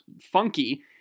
funky